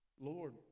Lord